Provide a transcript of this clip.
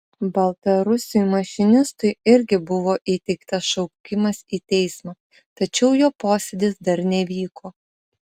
baltarusiui mašinistui irgi buvo įteiktas šaukimas į teismą tačiau jo posėdis dar nevyko